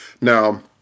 Now